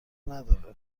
نداره